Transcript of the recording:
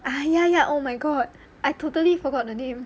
ah ya ya oh my god I totally forgot the name